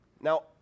Now